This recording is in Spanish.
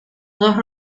dos